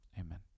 Amen